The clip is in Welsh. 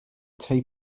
tai